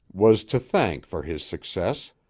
was to thank for his success,